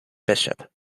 bishop